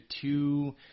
two